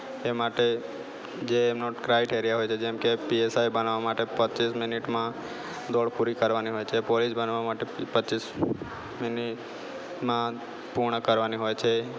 એ તે માટે જે એમનો ક્રાઇટેરિયા હોય છે જેમકે પીએસઆઈ બનવા માટે પચીસ મિનિટમાં દોડ પૂરી કરવાની હોય છે પોલીસ બનવા માટે પચીસ મિનિટમાં પૂર્ણ કરવાની હોય છે